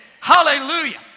Hallelujah